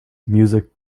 music